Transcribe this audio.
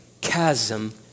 chasm